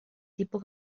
tipo